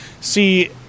see